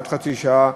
עד חצי שעה,